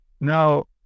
Now